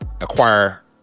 acquire